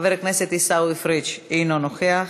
חבר הכנסת עיסאווי פריג' אינו נוכח,